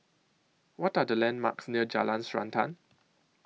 What Are The landmarks near Jalan Srantan